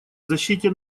защите